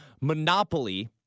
monopoly